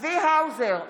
צבי האוזר,